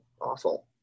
awful